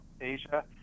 Asia